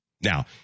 Now